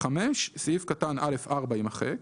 סעיף קטן (א4) - יימחק.